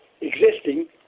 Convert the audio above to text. existing